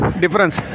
difference